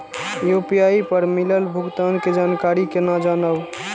UPI पर मिलल भुगतान के जानकारी केना जानब?